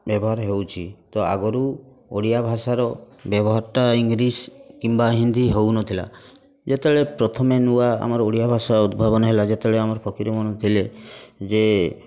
ବ୍ୟବହାର ହେଉଛି ତ ଆଗରୁ ଓଡ଼ିଆ ଭାଷାର ବ୍ୟବହାରଟା ଇଂଲିଶ୍ କିମ୍ବା ହିନ୍ଦୀ ହେଉନଥିଲା ଯେତେବେଳେ ପ୍ରଥମେ ନୂଆ ଆମର ଓଡ଼ିଆ ଭାଷା ଉଦ୍ଭାବନ ହେଲା ଯେତେବେଳେ ଆମର ଫକୀରମୋହନ ଥିଲେ ଯେ